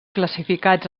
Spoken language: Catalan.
classificats